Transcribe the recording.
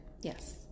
Yes